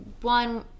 one